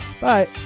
Bye